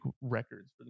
records